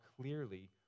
clearly